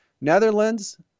Netherlands